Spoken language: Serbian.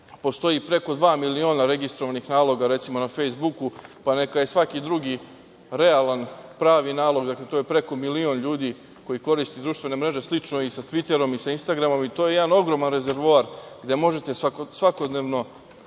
Postoji preko dva miliona registrovanih naloga, recimo, na Fejsbuku, pa neka je svaki drugi realan, pravi nalog, dakle, to je preko milion ljudi koji koristi društvene mreže. Slično je i sa Tviterom i sa Instagramom i to je jedan ogroman rezervoar gde možete svakodnevno